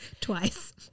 Twice